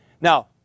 Now